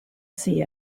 see